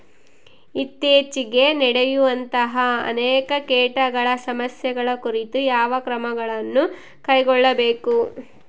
ಇತ್ತೇಚಿಗೆ ನಡೆಯುವಂತಹ ಅನೇಕ ಕೇಟಗಳ ಸಮಸ್ಯೆಗಳ ಕುರಿತು ಯಾವ ಕ್ರಮಗಳನ್ನು ಕೈಗೊಳ್ಳಬೇಕು?